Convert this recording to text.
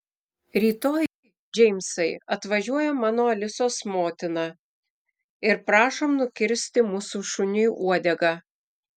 rytoj džeimsai atvažiuoja mano alisos motina ir prašom nukirsti mūsų šuniui uodegą